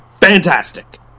fantastic